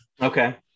Okay